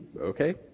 okay